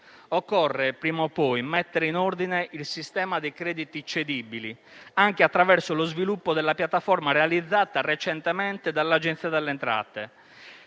Occorre prima o poi mettere in ordine il sistema dei crediti cedibili anche attraverso lo sviluppo della piattaforma realizzata recentemente dall'Agenzia delle entrate